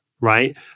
right